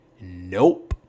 Nope